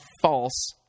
false